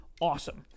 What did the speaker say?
awesome